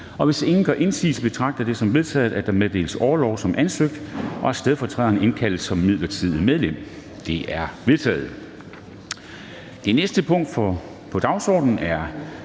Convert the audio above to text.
4. Hvis ingen gør indsigelse, betragter jeg det som vedtaget, at der meddeles orlov som ansøgt, og at stedfortræderen indkaldes som midlertidigt medlem. Det er vedtaget. --- Det næste punkt på dagsordenen er: